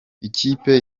ikipe